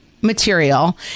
material